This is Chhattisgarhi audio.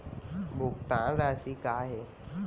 भुगतान राशि का हे?